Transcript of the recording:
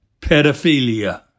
pedophilia